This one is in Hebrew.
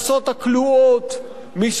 מיסוי אמיתי על כל אלה.